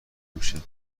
نمیشه